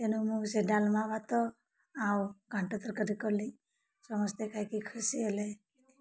ତେଣୁ ମୁଁ ସେ ଡାଲମା ଭାତ ଆଉ ଘାଣ୍ଟ ତରକାରୀ କଲି ସମସ୍ତେ ଖାଇଁକି ଖୁସି ହେଲେ